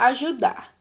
Ajudar